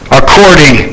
according